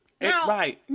Right